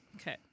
Okay